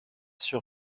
sur